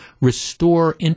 restore